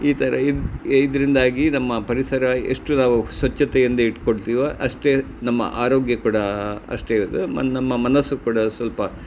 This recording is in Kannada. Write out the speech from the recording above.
ಈ ಥರ ಇದು ಎ ಇದರಿಂದಾಗಿ ನಮ್ಮ ಪರಿಸರ ಎಷ್ಟು ನಾವು ಸ್ವಚ್ಛತೆಯಿಂದ ಇಟ್ಕೊಳ್ತೀವೋ ಅಷ್ಟೇ ನಮ್ಮ ಆರೋಗ್ಯ ಕೂಡ ಅಷ್ಟೇ ನಮ್ಮ ಮನಸ್ಸು ಕೂಡ ಸ್ವಲ್ಪ